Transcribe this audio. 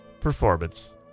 Performance